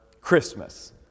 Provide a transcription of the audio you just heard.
Christmas